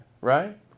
right